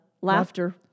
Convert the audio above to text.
laughter